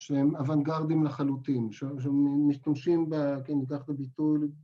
‫שהם אוונגרדים לחלוטין, ‫שהם משתמשים ב...